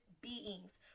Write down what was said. beings